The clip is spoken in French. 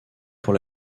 pour